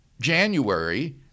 January